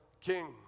king